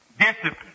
discipline